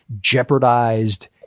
jeopardized